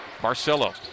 Barcelo